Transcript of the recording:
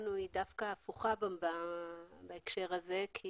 שלנו היא דווקא הפוכה בהקשר הזה כי